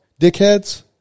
dickheads